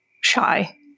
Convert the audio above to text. shy